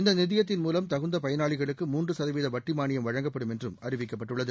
இந்த நிதியத்தின் மூலம் தகுந்த பயனாளிகளுக்கு மூன்று சதவீத வட்டி மானியம் வழங்கப்படும் என்றும் அறிவிக்கப்பட்டுள்ளது